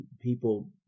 people